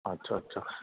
अच्छा अच्छा